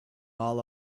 all